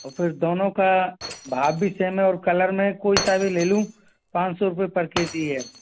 तो फिर दोनों का भाव भी सेम और कलर में कोई सा भी ले लूँ पाँच सौ रुपए पर के जी है